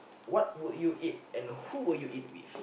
what would you eat and who would you eat with